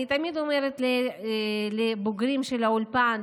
אני תמיד אומרת לבוגרים של האולפן,